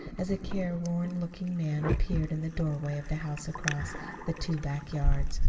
as a careworn-looking man appeared in the doorway of the house across the two back yards,